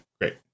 great